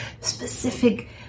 specific